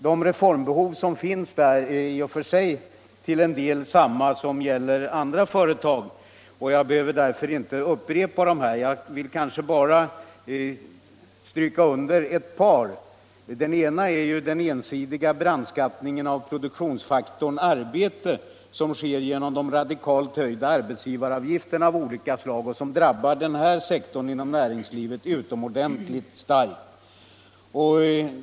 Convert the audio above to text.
De reformbehov som finns där är till en del desamma som för andra företag. Jag behöver därför inte upprepa dem, utan jag skall bara stryka under ett par synpunkter. Den ena punkten är den ensidiga brandskattningen av produktionsfaktorn arbete som sker genom de radikalt höjda arbetsgivaravgifterna av olika slag och som drabbar denna sektor av näringslivet utomordentligt hårt.